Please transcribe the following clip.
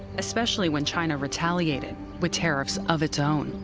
especially when china retaliated with tariffs of its own.